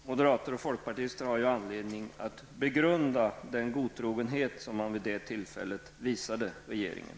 Moderater och folkpartister har anledning att begrunda den godtrogenhet som de vid detta tillfälle visade regeringen.